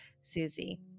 Susie